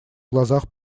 глазах